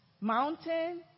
mountain